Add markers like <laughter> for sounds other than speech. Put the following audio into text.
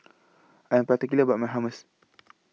I Am particular about My Hummus <noise>